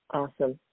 awesome